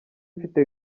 mfite